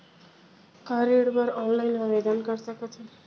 का ऋण बर ऑनलाइन आवेदन कर सकथन?